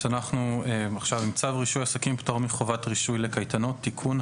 מקריא: צו רישוי עסקים (פטור מחובת רישוי לקייטנות)(תיקון),